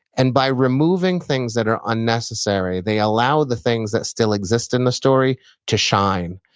and by removing things that are unnecessary, they allow the things that still exist in the story to shine.